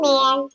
Man